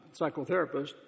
psychotherapist